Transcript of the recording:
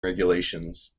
regulations